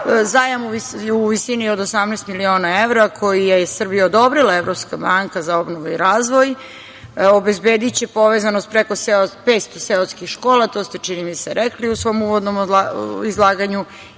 u visini od 18 miliona evra, koji je Srbiji odobrila Evropska banka za obnovu i razvoj, obezbediće povezanost preko 500 seoskih škola, to ste čini mi se rekli u svom uvodnom izlaganju